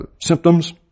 symptoms